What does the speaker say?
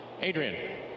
Adrian